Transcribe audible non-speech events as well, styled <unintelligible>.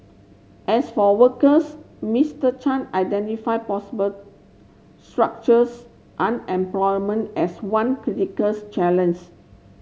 as for workers Mister Chan identified possible structures unemployment as one critical <unintelligible>